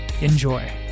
Enjoy